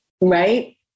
Right